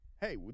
Hey